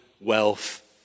wealth